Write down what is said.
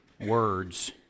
words